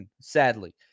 sadly